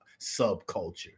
subculture